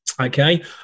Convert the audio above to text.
Okay